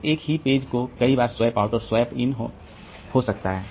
तो एक ही पेज का कई बार स्वैप आउट और स्वैप इन हो सकता है